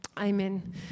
amen